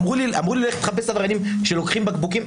אמרו לי, לך תחפש את העבריינים שלוקחים בקבוקים.